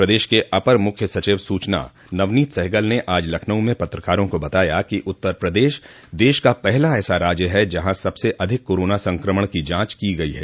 प्रदेश के अपर मुख्य सचिव सूचना नवनीत सहगल ने आज लखनऊ में पत्रकारों को बताया कि उत्तर प्रदेश देश का पहला ऐसा राज्य है जहां सबसे अधिक कोरोना संक्रमण की जांच की गई है